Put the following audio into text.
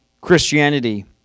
Christianity